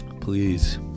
Please